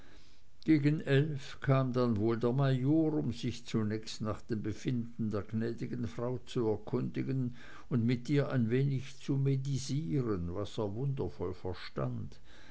gegen elf kam dann wohl der major um sich zunächst nach dem befinden der gnädigen frau zu erkundigen und mit ihr ein wenig zu medisieren was er wundervoll verstand